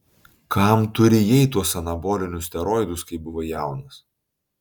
kam tu rijai tuos anabolinius steroidus kai buvai jaunas